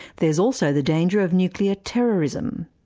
there's also the danger of nuclear terrorism.